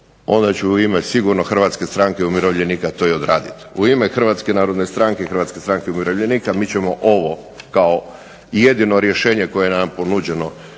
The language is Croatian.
onda ću sigurno u ime Hrvatske stranke umirovljenika to uraditi. U ime Hrvatske narodne stranke i Hrvatske stranke umirovljenika mi ćemo ovo kao jedino rješenje koje nam je ponuđeno